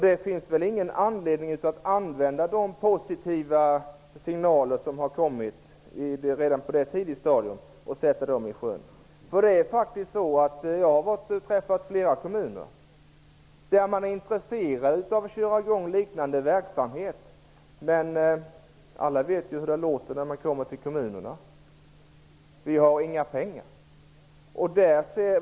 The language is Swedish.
Det finns väl inte någon anledning att inte använda de positiva signaler som har kommit redan på detta tidiga stadium och sätta dessa projekt i sjön. Jag har träffat representanter för flera kommuner där de är intresserade av att köra i gång liknande verksamhet. Men alla vet ju hur det låter när man kommer till kommunerna: Vi har inga pengar.